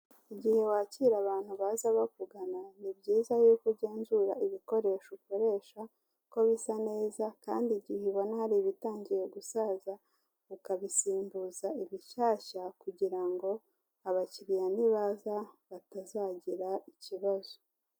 Igihe wakira abantu baza bavugana ni byiza yuko ugenzura ibikoresho ukoresha ko bisa neza kandi igihe ubona hari ibitangiye gusaza ukabisimbuza ibishyashya kugira ngo abakiriya nibaza batazagira ikibazo.